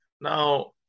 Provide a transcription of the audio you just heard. Now